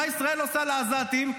מה ישראל עושה לעזתים.